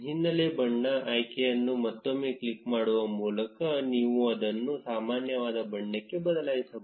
ಹಿನ್ನೆಲೆ ಬಣ್ಣ ಆಯ್ಕೆಯನ್ನು ಮತ್ತೊಮ್ಮೆ ಕ್ಲಿಕ್ ಮಾಡುವ ಮೂಲಕ ನೀವು ಅದನ್ನು ಸಾಮಾನ್ಯವಾದ ಬಣ್ಣಕ್ಕೆ ಬದಲಾಯಿಸಬಹುದು